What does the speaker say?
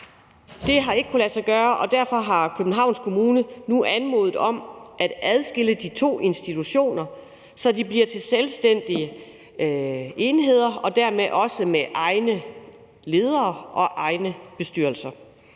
Det har ikke kunnet lade sig gøre, og derfor har Københavns Kommune nu anmodet om at adskille de to institutioner, så de bliver til selvstændige enheder og dermed også med egne ledere og egne bestyrelser.